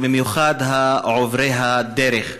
ובמיוחד על עוברי הדרך.